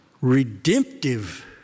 redemptive